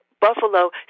Buffalo